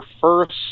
first